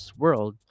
world